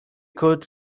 could